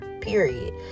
period